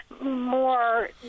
more